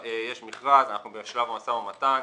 יש מכרז, אנחנו בשלב המשא ומתן